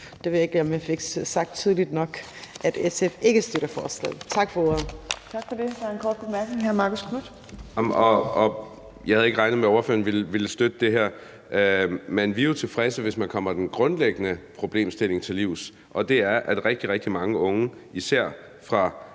Det ved jeg ikke om jeg fik sagt tydeligt nok, altså at SF ikke støtter forslaget.